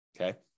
Okay